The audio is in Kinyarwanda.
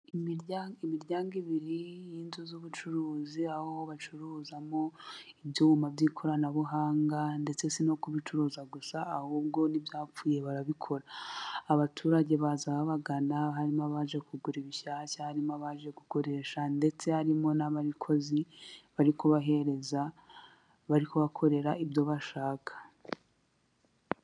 Imiryango, imiryango ibiri y'inzu z'ubucuruzi aho bacuruzamo ibyuma by'ikoranabuhanga. Ndetse si no kubicuruza gusa ahubwo n'ibyapfuye barabikora, abaturage baza babagana harimo abaje kugura ibishyashya, harimo abaje gukoresha, ndetse harimo n'abakozi bari kubahereza bari kubakorera ibyo bashaka.